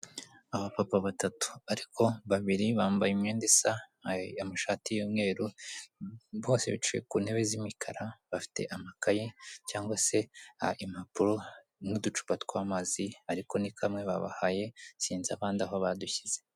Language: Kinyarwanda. Abapapa batatu ariko babiri bambaye imyenda isa, amashati y'umweru; bose bicaye ku ntebe z'imikara bafite amakaye cyangwa se impapuro n'uducupa tw'amazi, ariko ni kamwe babahaye sinzi abandi aho badushyize.